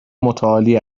متعالی